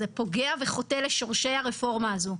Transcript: זה פוגע וחוטא לשורשי הרפורמה הזאת.